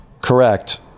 Correct